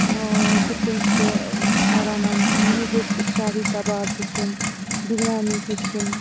کِتھ کنۍ چھِ رَنان مےٚ ہیٚوچھ شاہی کَباب ہیٚوچھُم بِریانی ہیٚچھِم